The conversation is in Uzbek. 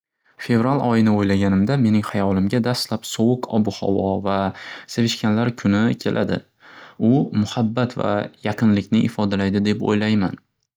Fevral oyini o'ylaganimda mening hayolimga daslab sovuq obuhavo va sevishganlar kuni keladi. U muhabbat va yaqinlikni ifodalaydi deb o'ylayman.